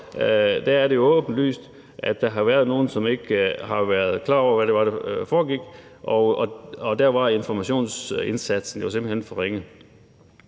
om, er det jo åbenlyst, at der har været nogle, som ikke har været klar over, hvad det var, der foregik, og der var informationsindsatsen jo simpelt hen for ringe.